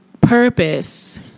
purpose